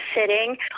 sitting